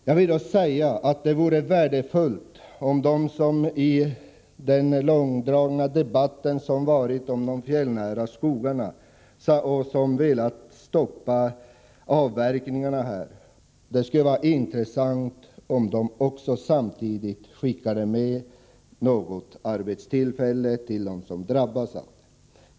Det hade varit intressant och värdefullt om de som i den långdragna debatten om de fjällnära skogarna velat stoppa avverkningarna samtidigt hade skickat med något arbetstillfälle till dem som drabbas.